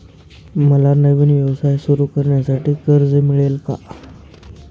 मला नवीन व्यवसाय सुरू करण्यासाठी कर्ज मिळेल का?